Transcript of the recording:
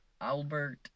Albert